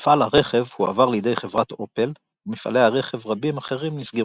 מפעל הרכב הועבר לידי חברת אופל ומפעלי רכב רבים אחרים נסגרו.